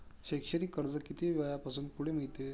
शैक्षणिक कर्ज किती वयापासून पुढे मिळते?